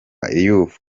youth